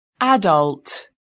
Adult